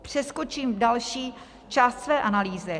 Přeskočím další část své analýzy.